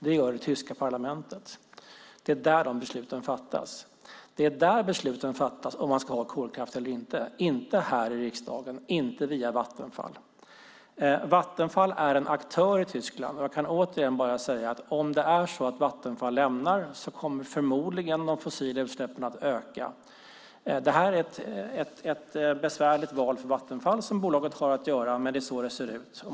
Det gör det tyska parlamentet. Det är där de besluten fattas. Det är där besluten fattas om man ska ha kolkraft eller inte, inte här i riksdagen och inte via Vattenfall. Vattenfall är en aktör i Tyskland. Jag kan återigen bara säga att om Vattenfall lämnar detta kommer förmodligen de fossila utsläppen att öka. Det här är ett besvärligt val som Vattenfall har att göra, men det är så det ser ut.